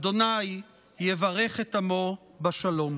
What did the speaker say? ה' יברך את עמו בשלום.